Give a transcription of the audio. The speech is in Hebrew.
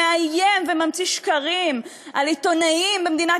שמאיים וממציא שקרים על עיתונאים במדינת